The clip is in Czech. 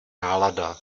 nálada